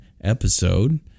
episode